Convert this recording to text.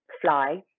fly